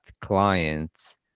clients